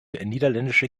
niederländische